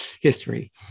history